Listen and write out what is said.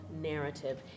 narrative